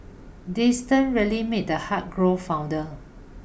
distance really made the heart grow fonder